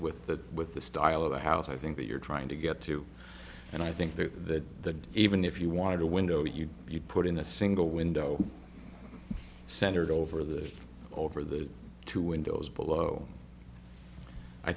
with the with the style of the house i think that you're trying to get to and i think that the even if you wanted a window you you put in a single window centered over the over the two windows below i